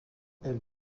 elle